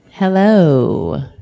Hello